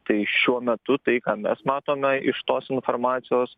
tai šiuo metu tai ką mes matome iš tos informacijos